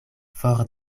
for